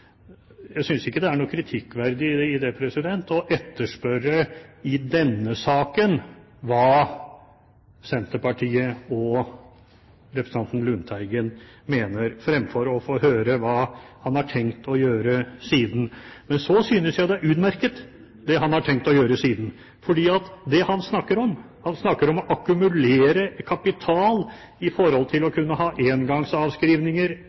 Jeg synes ikke det er noe kritikkverdig i det å etterspørre i denne saken hva Senterpartiet og representanten Lundteigen mener, fremfor å få høre hva han har tenkt å gjøre siden. Men så synes jeg det er utmerket det han har tenkt å gjøre siden, for han snakker om å akkumulere kapital for å kunne ha engangsavskrivninger